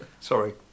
sorry